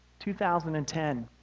2010